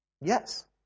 Yes